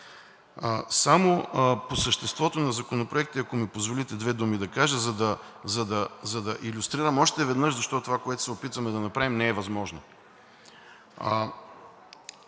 Само по съществото на законопроектите, ако ми позволите две думи да кажа, за да илюстрирам още веднъж защо това, което се опитваме да направим, не е възможно?